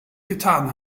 getan